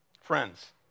Friends